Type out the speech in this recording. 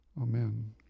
Amen